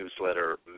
newsletter